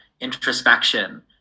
introspection